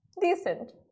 Decent